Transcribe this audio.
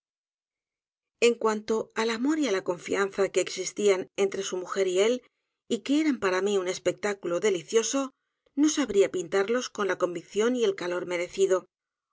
en cuanto al amor y á la confianza que existían entre su mujer y él y que eran para mí un espectáculo delicioso no sabría pintarlos con la convicción y el calor merecido